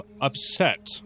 upset